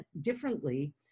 differently